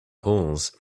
polls